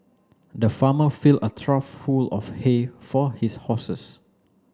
the farmer filled a trough full of hay for his horses